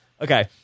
okay